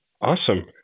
Awesome